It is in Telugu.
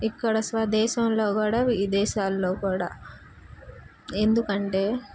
ఇక్కడ స్వదేశంలో కూడా విదేశాల్లో కూడా ఎందుకంటే